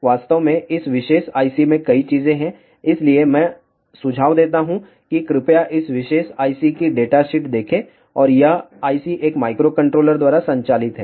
वास्तव में इस विशेष IC में कई चीजें हैं इसलिए मैं सुझाव देता हूं कि कृपया इस विशेष IC की डेटा शीट देखें और यह IC एक माइक्रोकंट्रोलर द्वारा संचालित है